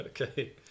Okay